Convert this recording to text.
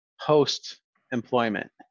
post-employment